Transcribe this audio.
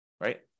right